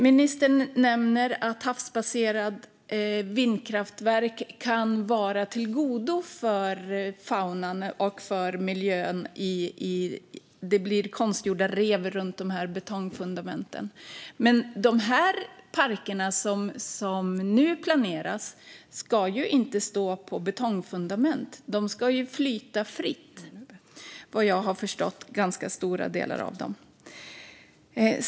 Ministern nämner att havsbaserade vindkraftverk kan vara till gagn för faunan och miljön och att det blir konstgjorda rev runt betongfundamenten. Men de parker som nu planeras ska ju inte stå på betongfundament. De ska till ganska stora delar flyta fritt, vad jag har förstått.